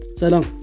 salam